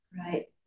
Right